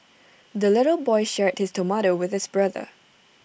the little boy shared his tomato with his brother